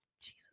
Jesus